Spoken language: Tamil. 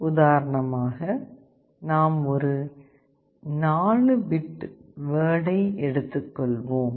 உதாரணமாக நாம் ஒரு 4 பிட் வேர்டை எடுத்துக்கொள்வோம்